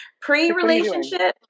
Pre-relationship